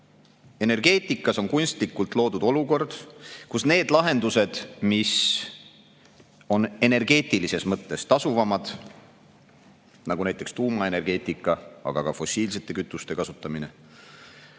energeetikas on kunstlikult loodud olukord, kus need lahendused, mis on energeetilises mõttes tasuvamad, näiteks tuumaenergeetika, aga ka fossiilsed kütused,